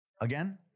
again